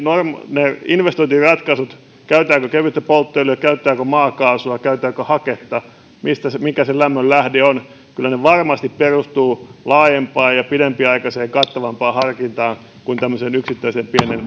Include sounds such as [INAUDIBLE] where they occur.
ne investointiratkaisut käytetäänkö kevyttä polttoöljyä käytetäänkö maakaasua käytetäänkö haketta mikä se lämmön lähde on varmasti perustuvat laajempaan ja pidempiaikaiseen kattavampaan harkintaan kuin tämmöiseen yksittäiseen pieneen [UNINTELLIGIBLE]